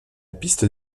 piste